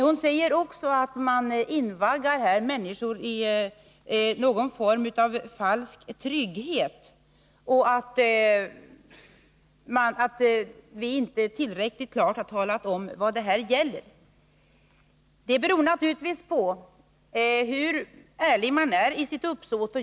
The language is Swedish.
Hon säger också att man invaggar människor i någon sorts falsk trygghet och att vi inte tillräckligt klart har talat om vad förslaget gäller. Det beror naturligtvis på hur ärlig man är i sitt uppsåt.